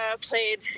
played